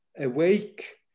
awake